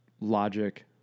logic